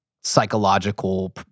psychological